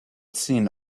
seen